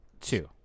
Two